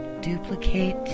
duplicate